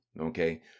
okay